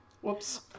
Whoops